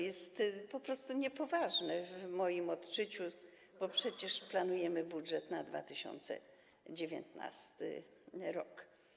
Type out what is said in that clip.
Jest to po prostu niepoważne w moim odczuciu, bo przecież planujemy budżet na 2019 r.